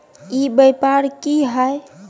ई व्यापार की हाय?